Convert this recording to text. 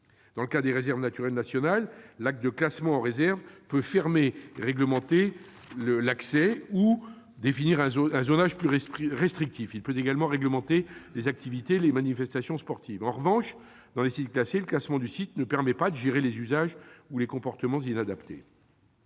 Dans le cas des réserves naturelles nationales, l'acte de classement en réserve peut fermer et réglementer l'accès au site, ou définir un zonage plus restrictif. Il peut également réglementer les activités ou les manifestations sportives. En revanche, pour les sites classés, le classement ne permet pas de contrôler les usages ni les comportements inadaptés.